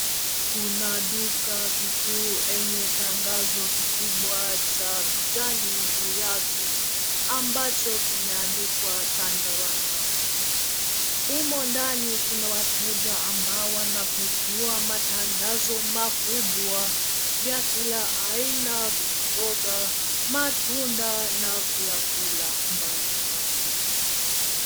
Kuna duka kikuu enye tangazo kikubwa cha kijani juu yake, ambacho kimeandikwa Chandarana. Humo ndani kuna wateja ambao wanapekua matandazo makubwa vya kila aina, vya mboga, matunda na vyakula mbalimbali.